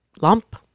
Lump